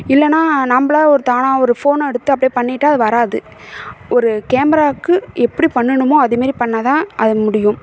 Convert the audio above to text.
இல்லைன்னால் நம்மளா ஒரு தானாக ஒரு ஃபோனை எடுத்து அப்படியே பண்ணிவிட்டு அது வராது ஒரு கேமராவுக்கு எப்படி பண்ணணுமோ அது மாதிரி பண்ணிணா தான் அது முடியும்